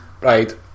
right